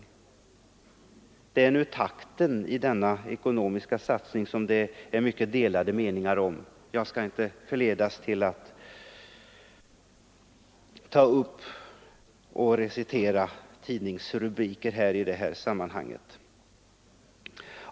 Det är takten i denna ekonomiska satsning som det råder mycket delade meningar om, men jag skall inte förledas att referera tidningsrubriker i detta sammanhang.